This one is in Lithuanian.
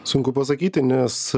sunku pasakyti nes